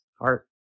Heart